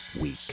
week